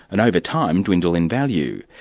and over time, dwindle in value.